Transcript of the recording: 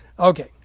Okay